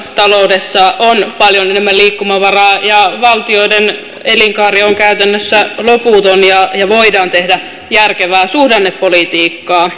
valtiontaloudessa on paljon enemmän liikkumavaraa ja valtioiden elinkaari on käytännössä loputon ja voidaan tehdä järkevää suhdannepolitiikkaa